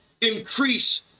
increase